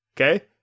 Okay